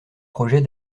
projets